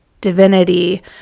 divinity